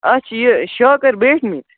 اَتھ چھِ یہِ شاکَر بیٹھۍمٕتۍ